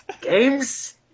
games